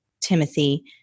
Timothy